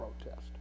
protest